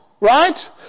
right